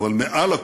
אבל מעל לכול,